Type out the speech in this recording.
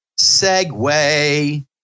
segue